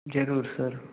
जरूर सर